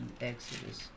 Exodus